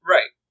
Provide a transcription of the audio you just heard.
Right